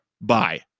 Bye